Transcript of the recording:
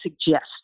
suggest